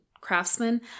Craftsmen